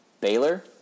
Baylor